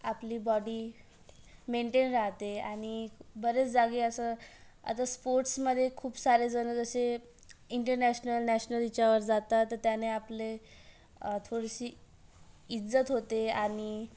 आपली body maintain राहते आणि बरेच जागी असं आता स्पोर्ट्समध्ये खूप सारेजणं जसे इंटरनॅशनल नॅशनल ह्याच्यावर जातात तर त्याने आपले थोडीशी इज्जत होते आणि